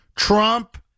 Trump